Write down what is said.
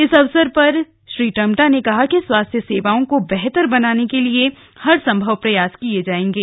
इस अवसर पर श्री टम्टा ने कहा कि स्वास्थ्य सेवाओं को बेहतर करने के लिए हर संभव प्रयास किये जाएंगे